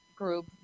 group